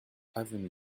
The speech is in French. avenue